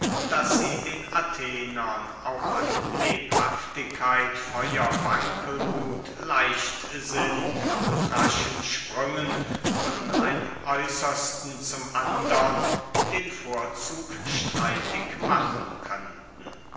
daß sie den athenern auch an lebhaftigkeit feuer wankelmuth leichtsinn und raschen sprüngen von einem äußersten zum andern den vorzug streitig machen könnten